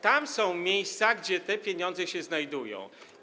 Tam są miejsca, gdzie te pieniądze się znajdują.